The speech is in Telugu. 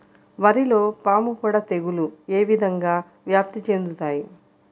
వరిలో పాముపొడ తెగులు ఏ విధంగా వ్యాప్తి చెందుతాయి?